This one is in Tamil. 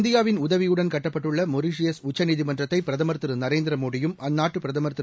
இந்தியாவின் உதவியுடன் கட்டப்பட்டுள்ள மொரீசியஸ் உச்சநீதிமன்றத்தை பிரதமர் திரு நரேந்திர மோடியும் அந்நாட்டு பிரதமர் திரு